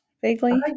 Vaguely